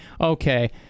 okay